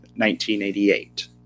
1988